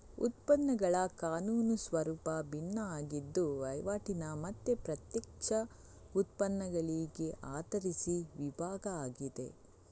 ಉತ್ಪನ್ನಗಳ ಕಾನೂನು ಸ್ವರೂಪ ಭಿನ್ನ ಆಗಿದ್ದು ವೈವಾಟಿನ ಮತ್ತೆ ಪ್ರತ್ಯಕ್ಷ ಉತ್ಪನ್ನಗಳಿಗೆ ಆಧರಿಸಿ ವಿಭಾಗ ಆಗಿದೆ